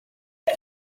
oes